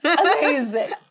Amazing